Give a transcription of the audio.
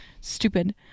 Stupid